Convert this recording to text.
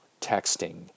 texting